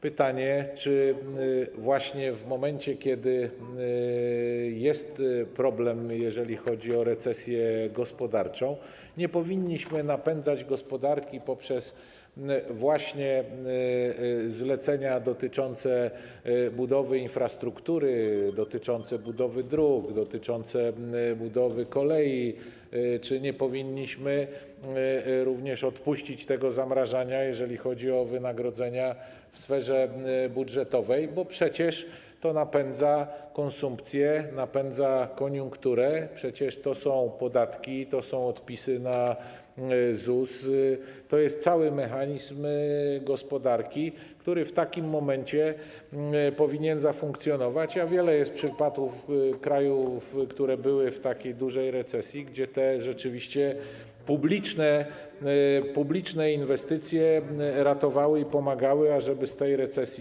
Jest pytanie, czy właśnie w momencie kiedy jest problem, jeżeli chodzi o recesję gospodarczą, nie powinniśmy napędzać gospodarki poprzez właśnie zlecenia dotyczące budowy infrastruktury, budowy dróg, budowy kolei, czy nie powinniśmy również odpuścić tego zamrażania, jeżeli chodzi o wynagrodzenia w sferze budżetowej, bo przecież to napędza konsumpcję, napędza koniunkturę, przecież to są podatki, to są odpisy na ZUS, to jest cały mechanizm gospodarki, który w takim momencie powinien zafunkcjonować, a wiele jest przykładów krajów, które były w takiej dużej recesji, kiedy rzeczywiście te publiczne inwestycje ratowały i pomagały wyjść z tej recesji.